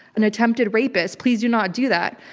an attempted rapist. please do not do that.